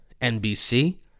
NBC